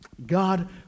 God